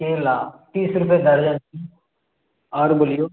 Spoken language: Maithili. केला तीस रुपए दर्जन छै आओर बोलिऔ